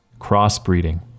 Crossbreeding